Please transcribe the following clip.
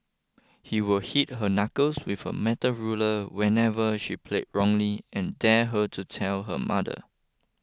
he would hit her knuckles with a metal ruler whenever she played wrongly and dare her to tell her mother